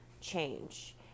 change